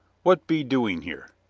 what be doing here?